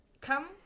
come